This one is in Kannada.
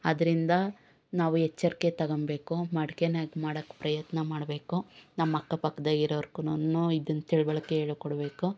ಆದ್ದರಿಂದ ನಾವು ಎಚ್ಚರಿಕೆ ತಗೊಳ್ಬೇಕು ಮಡ್ಕೆಯಾಗೆ ಮಾಡೋಕ್ಕೆ ಪ್ರಯತ್ನ ಮಾಡಬೇಕು ನಮ್ಮ ಅಕ್ಕಪಕ್ದದಾಗಿರೋರಿಗೆನೂ ಇದನ್ನು ತಿಳುವಳ್ಕೆ ಹೇಳಿಕೊಡ್ಬೇಕು